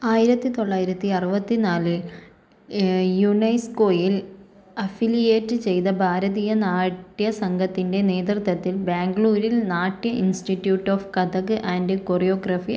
ആയിരത്തി തൊള്ളായിരത്തി അറുപത്തി നാല് യുനെസ്കോയിൽ അഫിലിയേറ്റ് ചെയ്ത ഭാരതീയ നാട്യ സംഘത്തിൻ്റെ നേതൃത്വത്തിൽ ബാംഗ്ലൂരിൽ Natya institute of Kathak and choreography ആരംഭിച്ചു